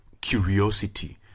curiosity